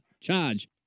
charge